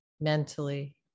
mentally